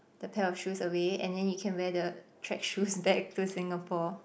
the pair of shoes away and then you can wear the track shoes back to Singapore